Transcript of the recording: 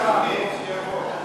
נקרא לו מסח'נין שיבוא.